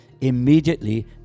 immediately